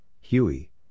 Huey